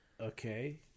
Okay